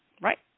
right